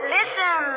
Listen